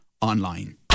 online